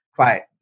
Quiet